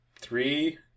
Three